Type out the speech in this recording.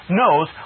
knows